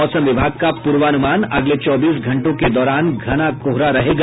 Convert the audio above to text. मौसम विभाग का पूर्वानुमान अगले चौबीस घंटों के दौरान घना कोहरा रहेगा